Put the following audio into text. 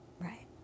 right